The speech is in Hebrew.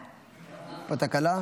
נעבור להצבעה בקריאה